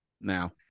now